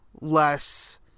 less